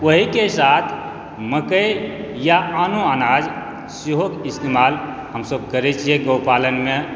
ओहि के साथ मकइ या आनो अनाज सेहो इस्तेमाल हमसब करै छियै गौ पालन मे